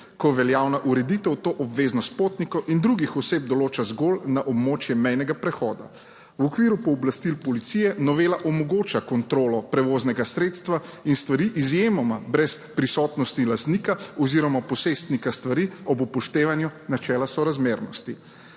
ko veljavna ureditev to obveznost potnikov in drugih oseb določa zgolj na območje mejnega prehoda. V okviru pooblastil policije novela omogoča kontrolo prevoznega sredstva in stvari izjemoma brez prisotnosti lastnika oziroma posestnika stvari ob upoštevanju načela sorazmernosti.